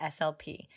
SLP